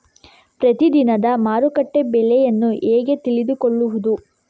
ಪ್ರತಿದಿನದ ಮಾರುಕಟ್ಟೆ ಬೆಲೆಯನ್ನು ಹೇಗೆ ತಿಳಿದುಕೊಳ್ಳುವುದು?